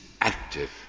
active